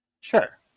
Sure